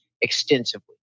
extensively